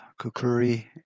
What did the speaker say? kukuri